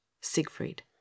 Siegfried